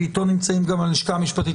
ואיתו נמצאים גם הלשכה המשפטית.